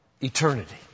eternity